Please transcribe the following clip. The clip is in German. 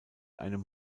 einem